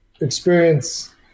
experience